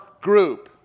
group